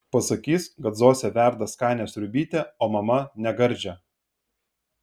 pasakys kad zosė verda skanią sriubytę o mama negardžią